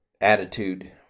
attitude